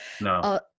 No